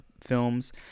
films